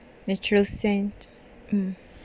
natural scent mm